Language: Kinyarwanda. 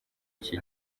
iki